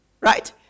Right